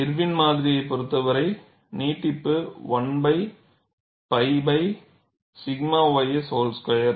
Irwin மாதிரியை பொறுத்தவரை நீட்டிப்பு 1 pi 𝛔 ys வோல் ஸ்குயர்